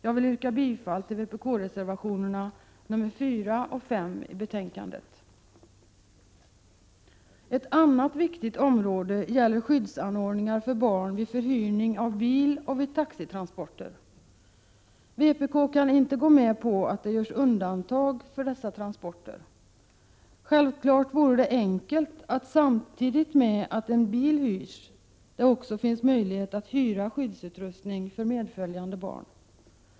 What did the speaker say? Jag vill yrka bifall till vpk-reservationerna 4 och 5 i betänkandet. Ett annat viktigt område gäller skyddsanordningar för barn vid förhyrning av bil och vid taxitransporter. Vpk kan inte gå med på att det görs undantag för dessa transporter. Självfallet vore det enkelt att samtidigt med att en bil hyrs också hyra skyddsutrustning för medföljande barn.